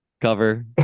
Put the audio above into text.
cover